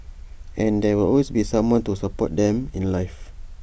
and there will always be someone to support them in life